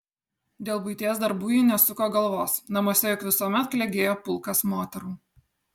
dėl buities darbų ji nesuko galvos namuose juk visuomet klegėjo pulkas moterų